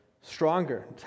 stronger